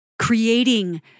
creating